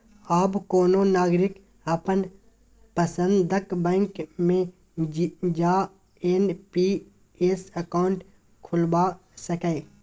आब कोनो नागरिक अपन पसंदक बैंक मे जा एन.पी.एस अकाउंट खोलबा सकैए